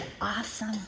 Awesome